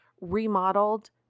remodeled